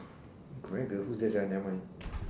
Grendel who's that sia never mind